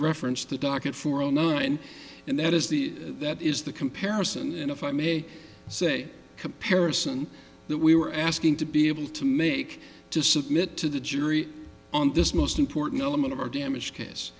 referenced the docket for zero nine and that is the that is the comparison and if i may say comparison that we were asking to be able to make to submit to the jury on this most important element of our damage ca